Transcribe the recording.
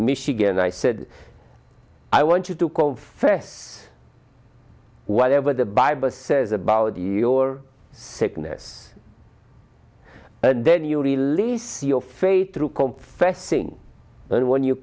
michigan i said i want you to confess whatever the bible says about your sickness and then you release your faith through confessing and when you